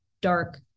dark